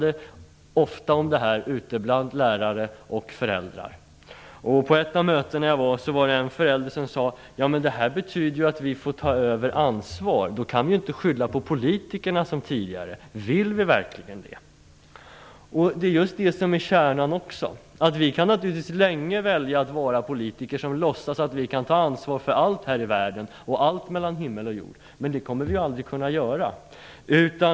Där var jag ofta ute bland lärare och föräldrar och pratade om det här. På ett möte sade en förälder: Det här betyder ju att vi får ta över ansvar. Då kan vi inte skylla på politikerna som tidigare. Vill vi verkligen det här? Det är just det som är kärnan. Vi kan naturligtvis välja att vara politiker som låtsas att vi kan ta ansvar för allt här i världen och allt mellan himmel och jord, men det kommer vi aldrig att kunna göra.